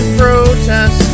protest